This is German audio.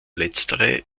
letztere